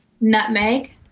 Nutmeg